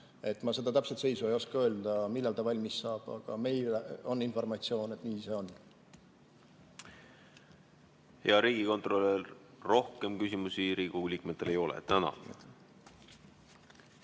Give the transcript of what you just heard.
Ma seda täpset seisu ei oska öelda, millal see valmis saab, aga meil on informatsioon, et nii see on. Hea riigikontrolör, rohkem küsimusi Riigikogu liikmetel ei ole. Tänan!